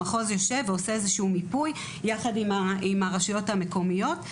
המחוז יושב ועושה איזשהו מיפוי יחד עם הרשויות המקומיות.